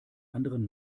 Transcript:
anderen